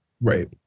right